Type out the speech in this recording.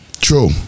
true